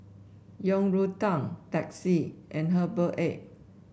Yang Rou Tang Teh C and Herbal Egg